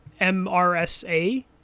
MRSA